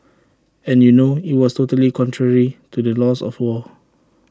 and you know IT was totally contrary to the laws of war